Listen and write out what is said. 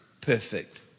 perfect